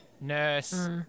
nurse